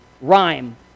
rhyme